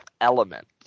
element